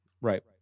Right